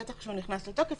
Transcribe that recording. בטח כשהוא נכנס לתוקף,